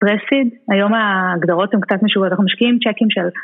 פרסיד, היום הגדרות הן קצת משוגעת, אנחנו משקיעים צ'קים של...